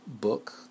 book